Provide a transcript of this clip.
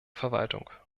verwaltung